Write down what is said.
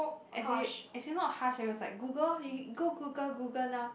as in as in not harsh eh it was like Google orh you go Google Google now